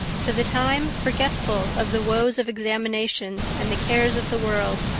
for the time forgetful of the woes of examinations and the cares of the world,